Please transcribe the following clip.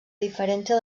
diferència